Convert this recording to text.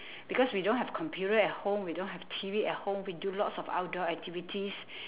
because we don't have computer at home we don't have T_V at home we do lots of outdoor activities